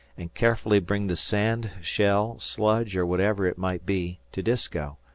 and carefully bring the sand, shell, sludge, or whatever it might be, to disko,